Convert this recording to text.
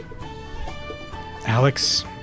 Alex